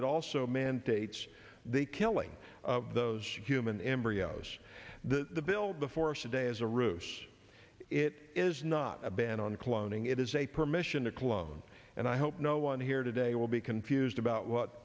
it also mandates the killing of those human embryos the bill before sedan is a ruse it is not a ban on cloning it is a permission to clone and i hope no one here today will be confused about what